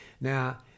Now